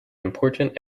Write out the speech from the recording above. important